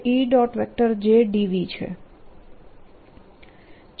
J dV છે